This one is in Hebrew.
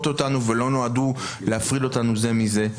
אותנו ולא נועדו להפריד אותנו זה מזה.